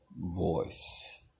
Voice